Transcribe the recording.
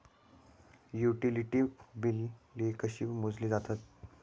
Utility बिले कशी मोजली जातात?